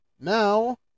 Now